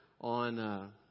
on